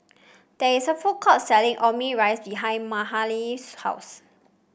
there is a food court selling Omurice behind Mahalie's house